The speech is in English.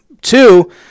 Two